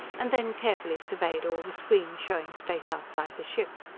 and then carefully surveyed all the screens showing space outside the ship.